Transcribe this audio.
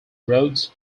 roads